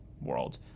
world